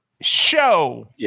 show